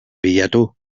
bilatu